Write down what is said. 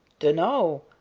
dunno.